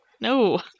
No